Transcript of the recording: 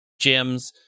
gyms